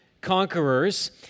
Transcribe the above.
Conquerors